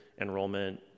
enrollment